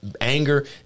anger